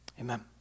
Amen